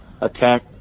attack